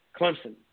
Clemson